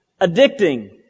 addicting